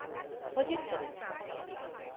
ᱯᱚᱸᱪᱤᱥ ᱛᱟᱨᱤᱠᱷ